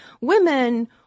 women